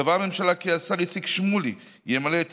קבעה הממשלה כי השר איציק שמולי ימלא את